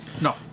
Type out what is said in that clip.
No